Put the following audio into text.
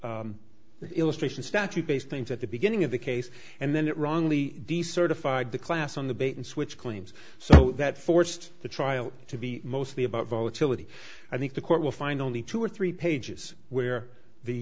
illustration statute based things at the beginning of the case and then it wrongly decertified the class on the bait and switch claims so that forced the trial to be mostly about volatility i think the court will find only two or three pages where the